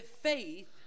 faith